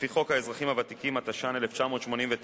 לפי חוק האזרחים הוותיקים, התש"ן 1989,